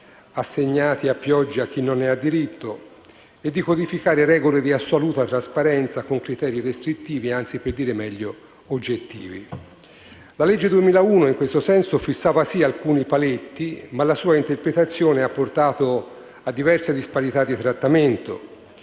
assegnati a pioggia a chi non ne ha diritto, e di codificare regole di assoluta trasparenza con criteri restrittivi, anzi, per meglio dire, oggettivi. La legge 2001, in questo senso, fissava sì alcuni paletti, ma la sua interpretazione ha portato a diverse disparità di trattamento,